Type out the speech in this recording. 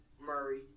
Murray